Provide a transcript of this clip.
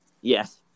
Yes